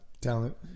talent